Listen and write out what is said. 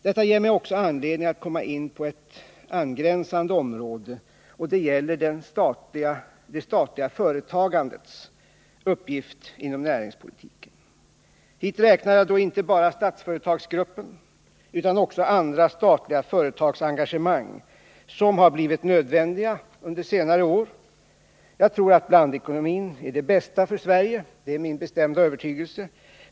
Detta ger mig också anledning att komma in på ett angränsande område, och det gäller det statliga företagandets uppgift inom näringspolitiken. Hit räknar jag då inte bara Statsföretagsgruppen utan också andra statliga företagsengagemang som har blivit nödvändiga under senare år. Jag tror att blandekonomin är det bästa för Sverige — det är min bestämda övertygelse.